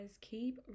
keep